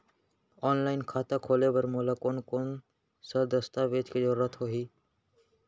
Online खाता खोले बर मोला कोन कोन स दस्तावेज के जरूरत होही?